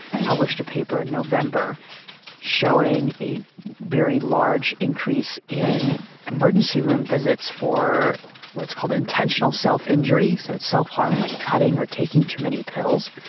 published a paper in november showing a very large increase in emergency room visits for what's called intentional self-injury, so it's self-harm like cutting or taking too many pills,